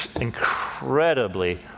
incredibly